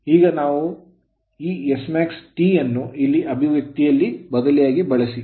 ಈಗ ನಾವು ಈ smaxT ಯನ್ನು ಇಲ್ಲಿ ಈ ಅಭಿವ್ಯಕ್ತಿಯಲ್ಲಿ ಬದಲಿಯಾಗಿ ಬಳಸಿ